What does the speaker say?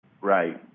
Right